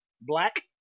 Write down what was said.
Black